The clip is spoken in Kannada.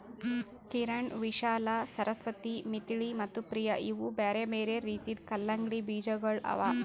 ಕಿರಣ್, ವಿಶಾಲಾ, ಸರಸ್ವತಿ, ಮಿಥಿಳಿ ಮತ್ತ ಪ್ರಿಯ ಇವು ಬ್ಯಾರೆ ಬ್ಯಾರೆ ರೀತಿದು ಕಲಂಗಡಿ ಬೀಜಗೊಳ್ ಅವಾ